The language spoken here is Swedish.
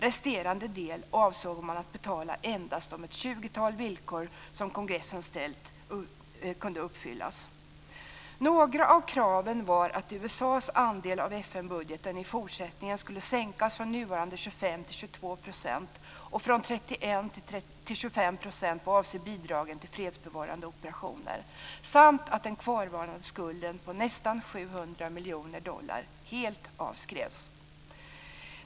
Resterande del avsåg man att betala endast om ett tjugotal villkor som kongressen ställt kunde uppfyllas. Några av kraven var att USA:s andel av FN budgeten i fortsättningen skulle sänkas från nuvarande 25 till 22 % och från 31 till 25 % vad avser bidragen till fredsbevarande operationer samt att den kvarvarande skulden på nästan 700 miljoner dollar helt avskrevs.